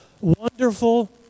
Wonderful